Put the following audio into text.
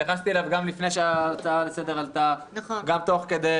התייחסתי אליו גם לפני שההצעה לסדר עלתה וגם תוך כדי.